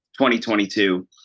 2022